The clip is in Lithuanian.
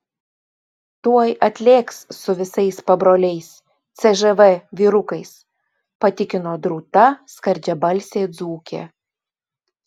tuoj atlėks su visais pabroliais cžv vyrukais patikino drūta skardžiabalsė dzūkė